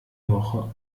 woche